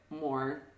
more